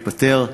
התפטר,